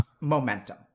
momentum